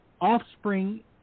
offspring